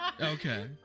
Okay